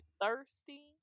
thirsty